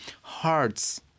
hearts